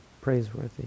praiseworthy